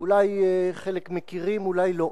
אולי חלק מכירים, אולי לא.